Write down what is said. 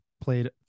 played